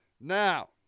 now